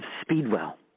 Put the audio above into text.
Speedwell